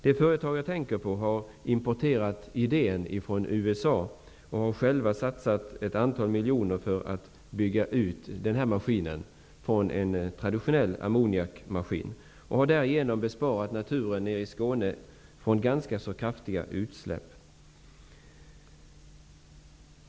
Det företag jag tänker på har importerat idén från USA och själva satsat ett antal miljoner på att bygga ut den här maskinen från en traditionell ammoniakmaskin. Man har därigenom besparat naturen i Skåne kraftiga utsläpp.